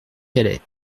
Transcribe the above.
calais